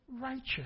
Righteous